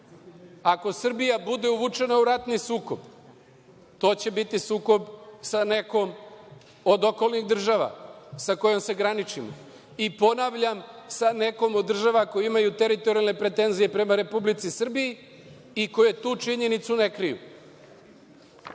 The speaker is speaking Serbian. Ako Srbija bude uvučena u ratni sukob, to će biti sukob sa nekom od okolnih država sa kojom se graničimo. I ponavljam, sa nekom od država koje imaju teritorijalne pretenzije prema Republici Srbiji i koje tu činjenicu ne kriju. Šta